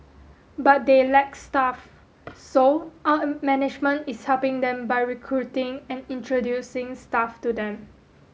but they lack staff so our management is helping them by recruiting and introducing staff to them